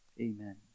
Amen